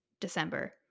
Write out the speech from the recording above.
December